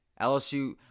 LSU